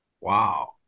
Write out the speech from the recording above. Wow